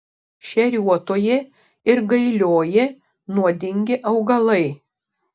šeriuotoji ir gailioji nuodingi augalai